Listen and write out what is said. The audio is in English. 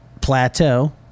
plateau